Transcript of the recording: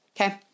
Okay